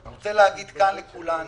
אני רוצה להגיד כאן לכולנו,